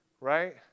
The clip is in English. Right